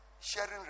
sharing